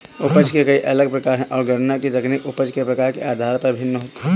उपज के कई अलग प्रकार है, और गणना की तकनीक उपज के प्रकार के आधार पर भिन्न होती है